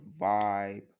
vibe